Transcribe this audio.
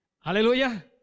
Hallelujah